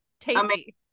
Tasty